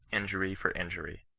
injury for injury.